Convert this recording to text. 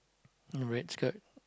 red skirt